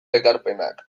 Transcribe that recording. ekarpenak